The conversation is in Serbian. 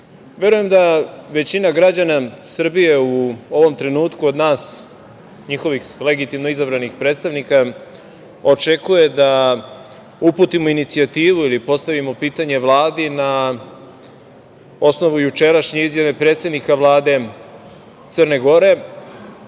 da većina građana Srbije, u ovom trenutku od nas, njihovih legitimno izabranih predstavnika, očekuje da uputimo inicijativu, ili postavimo pitanje Vladi, na osnovu jučerašnje izjave predsednika Vlade Crne Gore.